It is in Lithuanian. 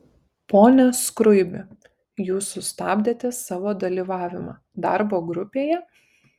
pone skruibi jūs sustabdėte savo dalyvavimą darbo grupėje